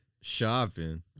Shopping